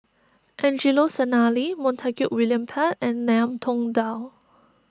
Angelo Sanelli Montague William Pett and Ngiam Tong Dow